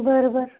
बरोबर